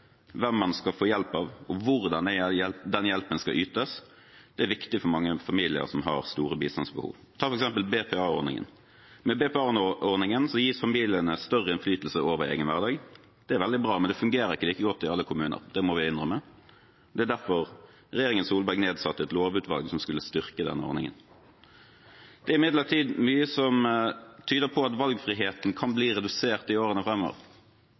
hvem man skal få hjelp av, og hvordan den hjelpen skal ytes, er viktig for mange familier som har store bistandsbehov. Ta f.eks. BPA-ordningen. Med BPA-ordningen gis familiene større innflytelse over egen hverdag. Det er veldig bra, men det fungerer ikke like godt i alle kommuner, det må vi innrømme. Det er derfor regjeringen Solberg nedsatte et lovutvalg som skulle styrke den ordningen. Det er imidlertid mye som tyder på at valgfriheten kan bli redusert i årene